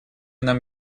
нам